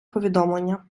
повідомлення